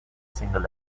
single